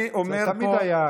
זאת תמיד הייתה